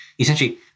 Essentially